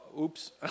oops